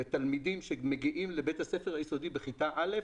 לתלמידים שמגיעים לבית הספר היסודי בכיתה א'